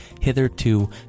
hitherto